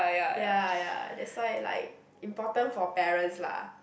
ya ya that's why like important for parents lah